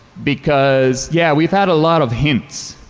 because, yeah, we've had a lot of hints,